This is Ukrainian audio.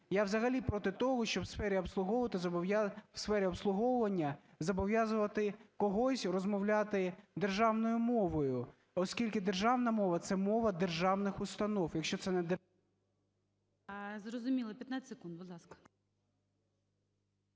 Я взагалі проти того, щоб в сфері обслуговування зобов'язувати когось розмовляти державною мовою, оскільки державна мова – це мова державних установ.